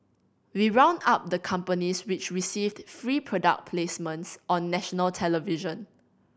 we round up the companies which received free product placements on national television